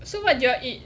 so what did you all eat